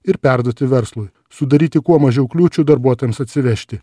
ir perduoti verslui sudaryti kuo mažiau kliūčių darbuotojams atsivežti